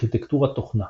ארכיטקטורת תוכנה